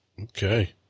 Okay